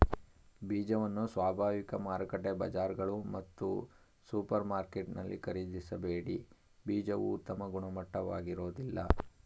ಬೀಜವನ್ನು ಸ್ವಾಭಾವಿಕ ಮಾರುಕಟ್ಟೆ ಬಜಾರ್ಗಳು ಮತ್ತು ಸೂಪರ್ಮಾರ್ಕೆಟಲ್ಲಿ ಖರೀದಿಸಬೇಡಿ ಬೀಜವು ಉತ್ತಮ ಗುಣಮಟ್ಟದಾಗಿರೋದಿಲ್ಲ